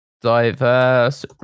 diverse